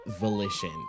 volition